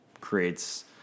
creates